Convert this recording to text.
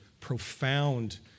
profound